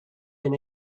been